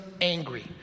angry